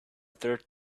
third